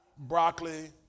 Broccoli